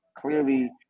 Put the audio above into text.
clearly